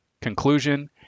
Conclusion